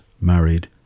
married